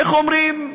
איך אומרים,